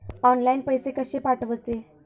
Online पैसे कशे पाठवचे?